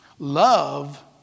Love